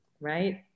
right